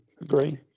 agree